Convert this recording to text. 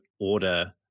order